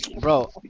bro